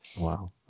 Wow